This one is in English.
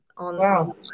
wow